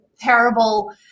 terrible